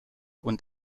und